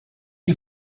you